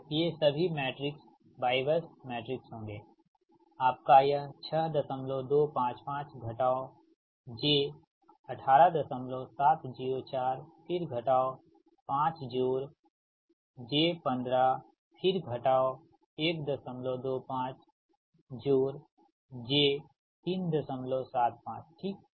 तो ये सभी मैट्रिक्स Ybus मैट्रिक्स होंगे आपका यह 6255 घटाव j 18704 फिर घटाव 5 जोड़ j 15 फिर घटाव 125 जोड़ j 375 ठीक